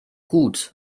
gut